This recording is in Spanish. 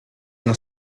una